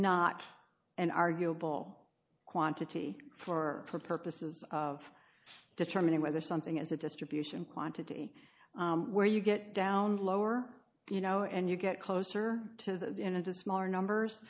not an arguable quantity for purposes of determining whether something is a distribution quantity where you get down lower you know and you get closer to into smaller numbers